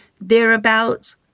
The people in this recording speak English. thereabouts